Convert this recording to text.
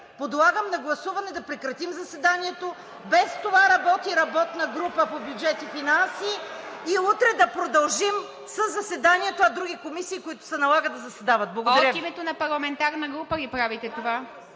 Подлагам на гласуване да прекратим заседанието – и без това работи работна група по бюджет и финанси, и утре да продължим със заседанието, а други комисии, които се налага, да заседават. ПРЕДСЕДАТЕЛ ИВА МИТЕВА: От името на парламентарна група ли правите това?